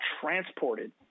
transported